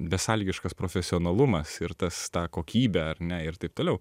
besąlygiškas profesionalumas ir tas ta kokybė ar ne ir taip toliau